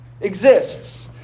exists